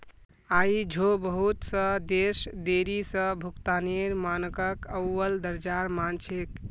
आई झो बहुत स देश देरी स भुगतानेर मानकक अव्वल दर्जार मान छेक